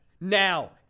now